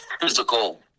physical